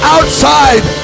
Outside